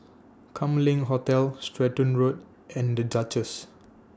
Kam Leng Hotel Stratton Road and The Duchess